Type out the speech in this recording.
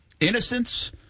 innocence